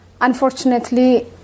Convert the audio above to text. Unfortunately